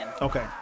Okay